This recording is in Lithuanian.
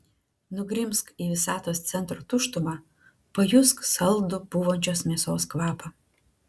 nugrimzk į visatos centro tuštumą pajusk saldų pūvančios mėsos kvapą